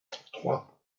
trois